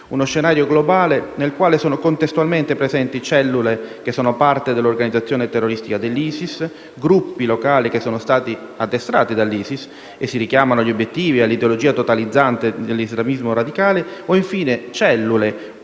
uno scenario globale nel quale sono contestualmente presenti cellule parte dell'organizzazione terroristica dell'ISIS, gruppi locali addestrati dall'ISIS, che si richiamano agli obiettivi ed all'ideologia totalizzante dell'islamismo radicale e, infine, cellule